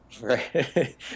Right